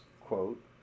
quote